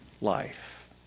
life